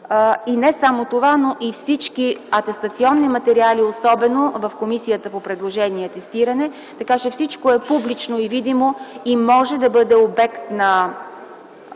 И не само това, а и всички атестационни материали в Комисията по предложения и атестиране. Всичко е публично и видимо и може да бъде обект на